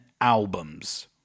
albums